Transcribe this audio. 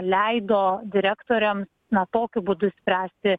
leido direktoriams na tokiu būdu išspręsti